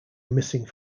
missing